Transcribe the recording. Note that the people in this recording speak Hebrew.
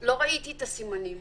לא ראיתי את הסימנים